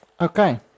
Okay